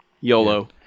YOLO